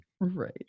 Right